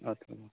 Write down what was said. आच्चा